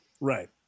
right